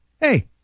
Hey